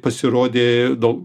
pasirodė daug